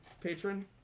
patron